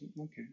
Okay